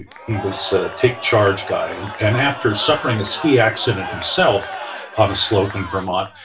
he was a take-charge guy. and and after suffering a ski accident himself on a slope in vermont,